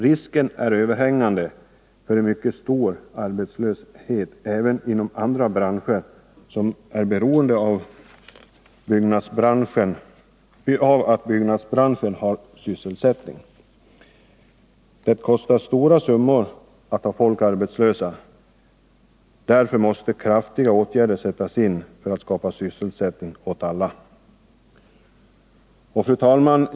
Risken är överhängande för en mycket stor arbetslöshet även inom andra branscher som är beroende av att byggnadsbranschen har sysselsättning. Det kostar stora summor att ha folk arbetslösa. Därför måste kraftiga åtgärder sättas in för att skapa sysselsättning åt alla.